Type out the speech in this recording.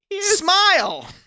Smile